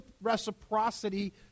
reciprocity